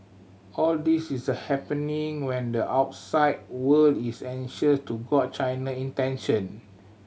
all this is happening when the outside world is anxious to gauge China intention